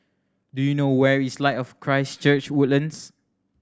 do you know where is Light of Christ Church Woodlands